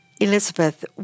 Elizabeth